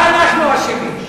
מה אנחנו אשמים?